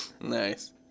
Nice